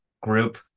group